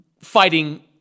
fighting